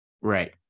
Right